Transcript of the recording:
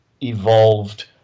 evolved